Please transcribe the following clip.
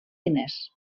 diners